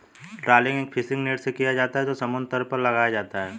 trawling एक fishing net से किया जाता है जो समुद्र तल पर लगाया जाता है